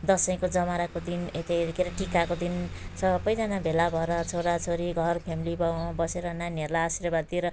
दसैँको जमराको दिन ए के अरे के अरे टिकाको दिन सबैजना भेला भएर छोराछोरी घर फ्यामिली बाबुआमा बसेर नानीहरूलाई आशीर्वाद दिएर